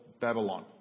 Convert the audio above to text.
Babylon